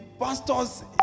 pastors